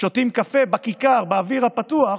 שותים קפה בכיכר, באוויר הפתוח,